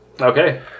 Okay